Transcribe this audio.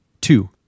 two